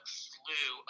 slew